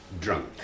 drunk